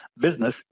business